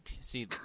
See